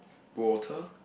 Porter